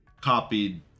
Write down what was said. copied